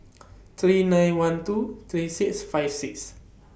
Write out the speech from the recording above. three nine one two three six five six